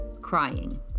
crying